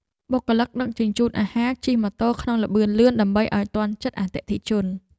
បុគ្គលិកដឹកជញ្ជូនអាហារជិះម៉ូតូក្នុងល្បឿនលឿនដើម្បីឱ្យទាន់ចិត្តអតិថិជន។